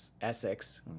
Essex